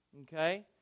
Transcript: Okay